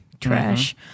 trash